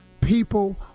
People